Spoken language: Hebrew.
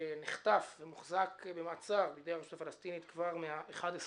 שנחטף ומוחזק במעצר בידי הרשות הפלסטינית כבר מה-11